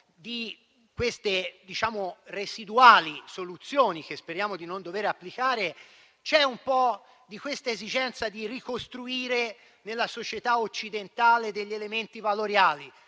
di queste residuali soluzioni, che speriamo di non dover applicare, c'è un po' l'esigenza di ricostruire nella società occidentale degli elementi valoriali,